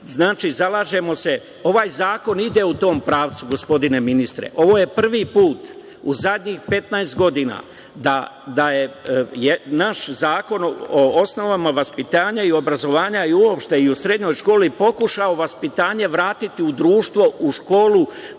Znači, zalažemo se. Ovaj zakon ide u tom pravcu, gospodine ministre. Ovo je prvi put u zadnjih 15 godina da je naš zakon o osnovama vaspitanja i obrazovanja, i uopšte i u srednjoj školi pokušao vaspitanje vratiti u društvo, u školu